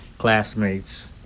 classmates